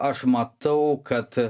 aš matau kad